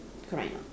correct or not